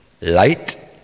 light